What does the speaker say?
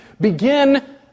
begin